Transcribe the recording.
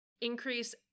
Increase